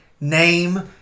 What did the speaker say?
name